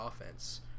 offense